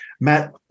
Matt